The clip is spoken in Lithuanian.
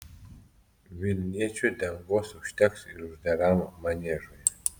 vilniečių dangos užteks ir uždaram maniežui